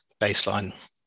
baseline